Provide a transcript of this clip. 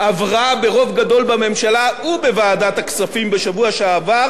עברה ברוב גדול בממשלה ובוועדת הכספים בשבוע שעבר